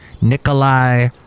Nikolai